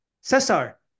Cesar